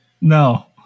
No